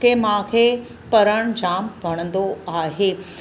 की मूंखे पढ़णु जाम वणंदो आहे